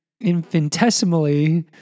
infinitesimally